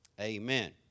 Amen